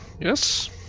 Yes